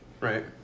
Right